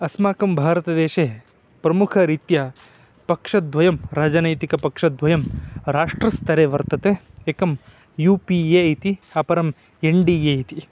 अस्माकं भारतदेशे प्रमुखरीत्या पक्षद्वयं राजनैतिकपक्षद्वयं राष्ट्रस्तरे वर्तते एकं यु पि ए इति अपरम् एन् डि ए इति